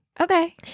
Okay